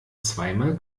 zweimal